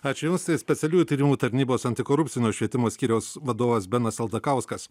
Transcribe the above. ačiū jums tai specialiųjų tyrimų tarnybos antikorupcinio švietimo skyriaus vadovas benas aldakauskas